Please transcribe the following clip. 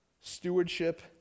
Stewardship